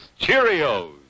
Cheerios